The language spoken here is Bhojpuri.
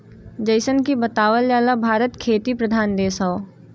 जइसन की बतावल जाला भारत खेती प्रधान देश हौ